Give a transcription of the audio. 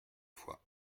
fois